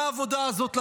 מה העבודה הזאת לכם,